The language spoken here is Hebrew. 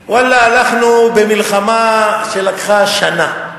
ואללה, הלכנו במלחמה שלקחה שנה.